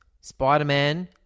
Spider-Man